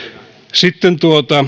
sitten